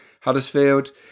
Huddersfield